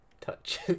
touch